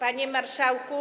Panie Marszałku!